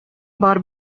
бар